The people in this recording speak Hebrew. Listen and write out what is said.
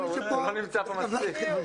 כל מי שנמצא פה שווה זהב.